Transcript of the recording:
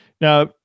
Now